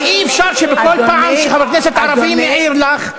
אבל אי-אפשר שבכל פעם שחבר כנסת ערבי מעיר לך,